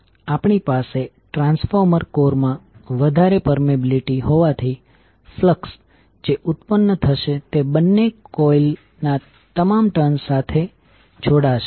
આપણી પાસે ટ્રાન્સફોર્મર કોરમાં વધારે પરમીએબીલીટી હોવાથી ફ્લક્સ જે ઉત્પન્ન થશે તે બંને કોઇલ ના તમામ ટર્ન્સ સાથે જોડાશે